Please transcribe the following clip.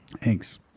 Thanks